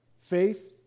faith